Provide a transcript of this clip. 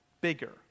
bigger